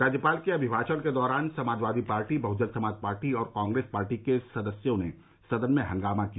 राज्यपाल के अभिमाषण के दौरान समाजवादी पार्टी बहुजन समाज पार्टी और कांग्रेस पार्टी के सदस्यों ने सदन में हंगामा किया